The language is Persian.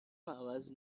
عوض